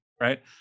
Right